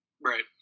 Right